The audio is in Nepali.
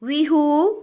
विहू